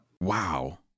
Wow